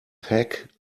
pack